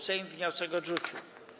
Sejm wniosek odrzucił.